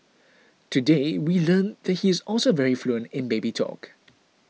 today we learned that he is also very fluent in baby talk